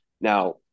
now